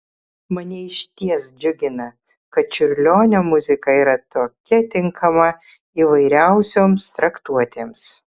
mane išties džiugina kad čiurlionio muzika yra tokia tinkama įvairiausioms traktuotėms